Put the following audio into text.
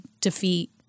defeat